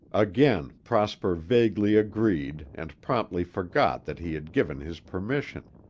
again prosper vaguely agreed and promptly forgot that he had given his permission.